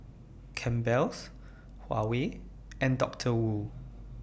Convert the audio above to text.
Campbell's Huawei and Doctor Wu